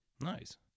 Nice